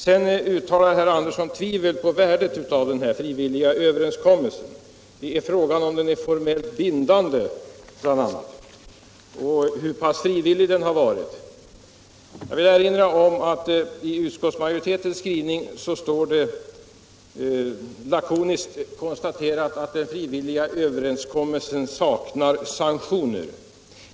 Sedan uttalar herr Andersson tvivel på värdet av den frivilliga överenskommelsen. Frågan är om den är formellt bindande och hur frivillig den har varit, sade han bl.a. Jag vill erinra om att i utskottsmajoritetens skrivning konstateras lakoniskt att den frivilliga överenskommelsen saknar sanktioner.